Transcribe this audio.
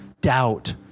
doubt